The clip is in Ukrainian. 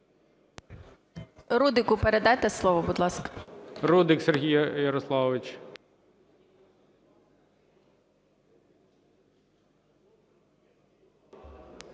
Рудику передайте слово, будь ласка. ГОЛОВУЮЧИЙ. Рудик Сергій Ярославович.